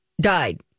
died